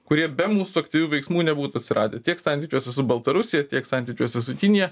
kurie be mūsų aktyvių veiksmų nebūtų atsiradę tiek santykiuose su baltarusija tiek santykiuose su kinija